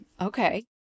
Okay